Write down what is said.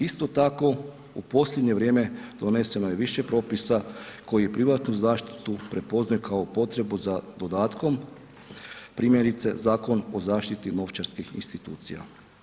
Isto tako u posljednje vrijeme doneseno je više propisa koji privatnu zaštitu prepoznaju kao potrebu za dodatkom, primjerice, Zakon o zaštiti novčarskih institucija.